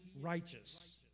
righteous